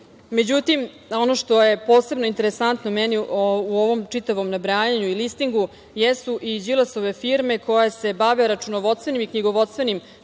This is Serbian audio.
ono što je posebno interesantno meni u ovom čitavom nabrajanju i listingu jesu i Đilasove firme koje se bave računovodstvenim i knjigovodstvenim